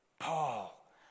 Paul